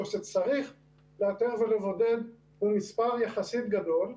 או שצריך לנטר ולבודד הוא מספר יחסית גדול.